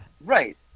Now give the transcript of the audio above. Right